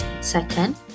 Second